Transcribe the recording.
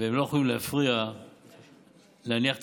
והם לא יכולים להפריע להניח תשתיות.